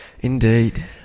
Indeed